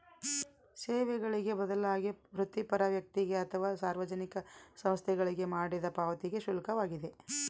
ಸೇವೆಗಳಿಗೆ ಬದಲಾಗಿ ವೃತ್ತಿಪರ ವ್ಯಕ್ತಿಗೆ ಅಥವಾ ಸಾರ್ವಜನಿಕ ಸಂಸ್ಥೆಗಳಿಗೆ ಮಾಡಿದ ಪಾವತಿಗೆ ಶುಲ್ಕವಾಗಿದೆ